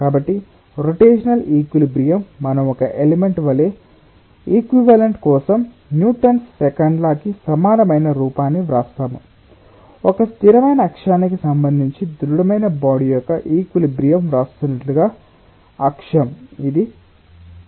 కాబట్టి rotational equilibrium మనం ఒక ఎలిమెంట్ వలె ఈక్వివలెంట్ కోసం న్యూటన్'స్ సెకండ్ లా కి సమానమైన రూపాన్ని వ్రాస్తాము ఒక స్థిరమైన అక్షానికి సంబంధించి దృఢమైన బాడీ యొక్క ఈక్విలిబ్రియం వ్రాస్తున్నట్లుగా అక్షం ఇది కేంద్రం